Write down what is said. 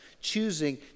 choosing